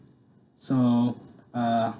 so uh